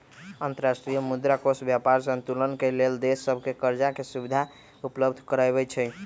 अंतर्राष्ट्रीय मुद्रा कोष व्यापार संतुलन के लेल देश सभके करजाके सुभिधा उपलब्ध करबै छइ